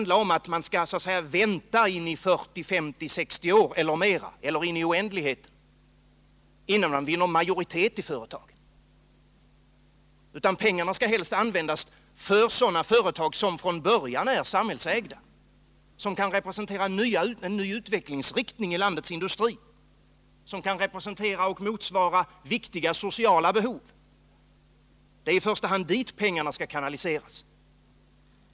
De skall inte behöva vänta 40, 50, 60 år, eller in i oändligheten, innan de får majoritet i företagen. Fonderna skall helst användas för sådana företag som från början är samhällsägda, som kan representera en ny utvecklingsriktning i landets industri, som kan representera och tillgodose viktiga sociala behov. Det är i första hand till sådana företag pengar skall kanaliseras.